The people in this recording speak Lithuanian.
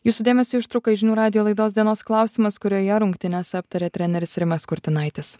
jūsų dėmesiui ištrauka iš žinių radijo laidos dienos klausimas kurioje rungtynes aptaria treneris rimas kurtinaitis